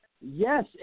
Yes